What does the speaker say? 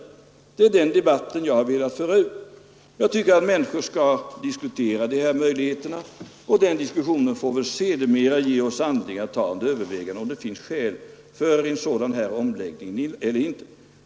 Det är den debatten jag har velat föra ut. Jag tycker att människor skall diskutera de här möjligheterna, och den diskussionen får väl sedermera ge oss anledning att ta under övervägande om det finns skäl för en sådan här omläggning eller inte.